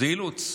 זה אילוץ.